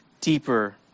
deeper